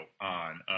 on